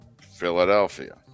Philadelphia